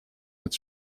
het